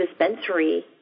dispensary